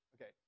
Okay